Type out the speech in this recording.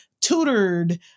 tutored